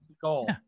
goal